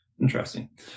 Interesting